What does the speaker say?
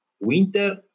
winter